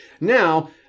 Now